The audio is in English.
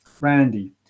Randy